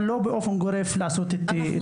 אבל לא לעשות את זה לפתרון באופן גורף.